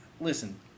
listen